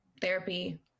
Therapy